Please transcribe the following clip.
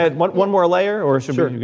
add one one more layer or? sure.